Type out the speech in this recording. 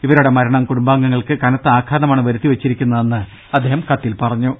ഇവരുടെ മരണം കുടുംബാംഗങ്ങൾക്ക് കനത്ത ആഘാതമാണ് വരുത്തിവെച്ചിരിക്കുന്നതെന്ന് അദ്ദേഹം കത്തിൽ പറഞ്ഞു